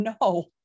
no